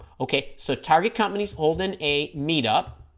okay so target companies holding a meetup